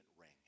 ring